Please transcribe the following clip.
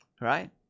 right